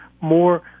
more